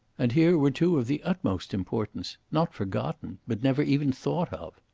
and here were two of the utmost importance, not forgotten, but never even thought of.